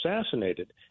assassinated